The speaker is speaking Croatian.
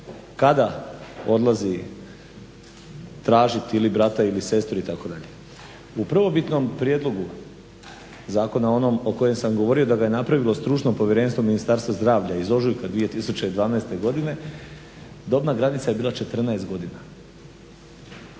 kada odlazi tražiti ili brata ili sestru itd. U prvobitnom prijedlogu zakona, onom o kojem sam govorio da ga je napravilo Stručno povjerenstvo Ministarstva zdravlja iz ožujka 2012. godine dobna granica je bila 14 godina.